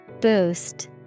Boost